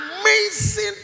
amazing